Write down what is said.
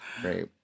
Great